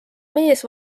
mees